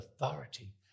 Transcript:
authority